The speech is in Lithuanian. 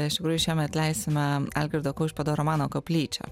iš tikrųjų šiemet leisime algirdo kaušpėdo romaną koplyčia